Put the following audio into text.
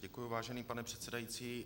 Děkuji, vážený pane předsedající.